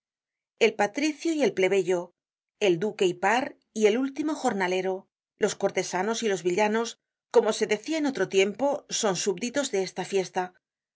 el patricio y el plebeyo el duque y par y el último jornalero los cortesanos y los villanos como se decia en otro tiempo son subditos de esta fiesta